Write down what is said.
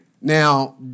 Now